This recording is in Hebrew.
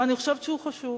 אני חושבת שהוא חשוב,